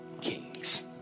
kings